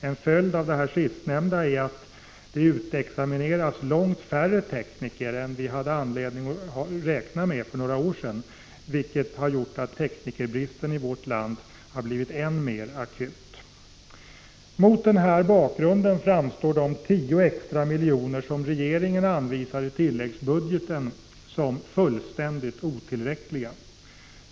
En följd av det sistnämnda är att det utexamineras långt färre tekniker än vi hade anledning att räkna med för några år sedan, vilket har gjort att teknikerbristen i vårt land har blivit ännu mer akut. Mot den här bakgrunden framstår de tio extra miljoner som regeringen anvisar i tilläggsbudgeten som fullständigt otillräckliga.